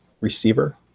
receiver